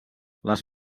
les